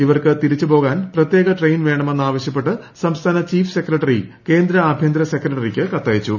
ഇവർക്ക് തിരിച്ച് പോകാൻ പ്രത്യേക ട്രെയിൻ വേണമെന്നാവശ്യപ്പെട്ട് സംസ്ഥാന ചീഫ് സെക്രട്ടറി കേന്ദ്ര ആഭ്യന്തര സെക്രട്ടറിയ്ക്ക് കത്തയച്ചു